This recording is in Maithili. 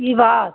की बात